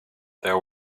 there